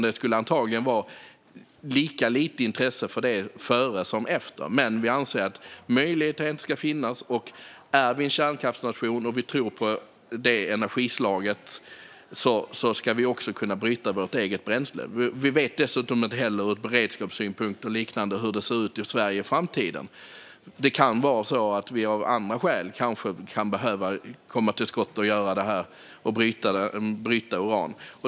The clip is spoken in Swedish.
Det skulle antagligen vara lika lite intresse för det efter som före, men vi anser att möjligheten ska finnas. Om vi är en kärnkraftsnation och tror på detta energislag ska vi också kunna bryta vårt eget bränsle. Vi vet inte heller ur beredskapssynpunkt och liknande hur det ser ut i Sverige i framtiden. Vi kan av andra skäl behöva komma till skott och bryta uran.